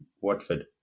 Watford